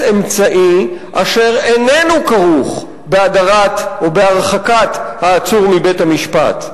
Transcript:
אמצעי אשר איננו כרוך בהדרת או בהרחקת העצור מבית-המשפט.